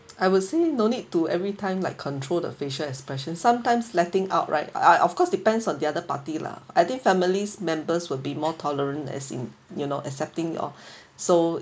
I will say no need to every time like control the facial expression sometimes letting out right ah of course depends on the other party lah I think families members will be more tolerant as in you know accepting you all so